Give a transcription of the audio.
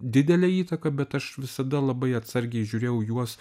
didelę įtaką bet aš visada labai atsargiai žiūrėjau į juos